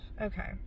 okay